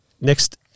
next